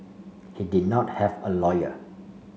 he did not have a lawyer